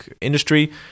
industry